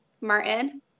Martin